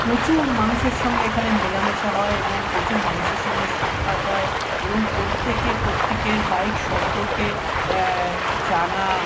প্রচুর মানুষের সঙ্গে এখানে মেলামেশা হয় এবং প্রচুর মানুষের সঙ্গে সাক্ষাৎ হয় এবং প্রত্যেকে প্রত্যেকের বাইক সম্পর্কে জানা